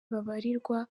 babarirwa